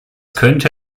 könnte